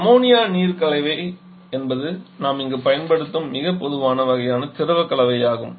எனவே அம்மோனியா நீர் கலவை என்பது நாம் இங்கு பயன்படுத்தும் மிகவும் பொதுவான வகையான திரவ கலவையாகும்